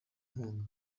inkunga